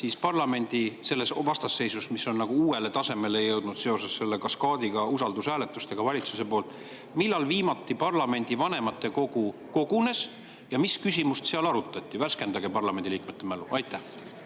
täpsustus ongi: selles vastasseisus, mis on uuele tasemele jõudnud seoses selle kaskaadi usaldushääletustega valitsuse poolt, millal viimati parlamendi vanematekogu kogunes ja mis küsimust seal arutati? Värskendage parlamendiliikmete mälu! Aitäh!